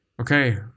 Okay